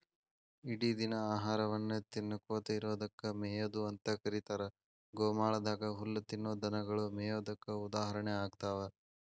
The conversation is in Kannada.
ಇಡಿದಿನ ಆಹಾರವನ್ನ ತಿನ್ನಕೋತ ಇರೋದಕ್ಕ ಮೇಯೊದು ಅಂತ ಕರೇತಾರ, ಗೋಮಾಳದಾಗ ಹುಲ್ಲ ತಿನ್ನೋ ದನಗೊಳು ಮೇಯೋದಕ್ಕ ಉದಾಹರಣೆ ಆಗ್ತಾವ